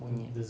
monyet